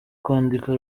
kwandika